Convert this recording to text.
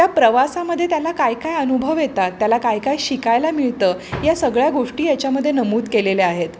त्या प्रवासामध्ये त्याला काय काय अनुभव येतात त्याला काय काय शिकायला मिळतं या सगळ्या गोष्टी याच्यामदे नमूद केलेल्या आहेत